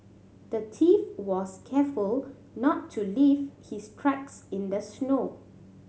the thief was careful not to leave his tracks in the snow